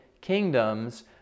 kingdoms